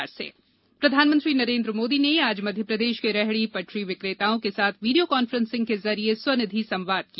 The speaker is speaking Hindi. स्वनिधि संवाद प्रधानमंत्री नरेन्द्र मोदी ने आज मध्य प्रदेश के रेहड़ी पटरी विक्रेताओं के साथ वीडियो कॉन्फ्रेंसिंग के जरिए स्वनिधि संवाद किया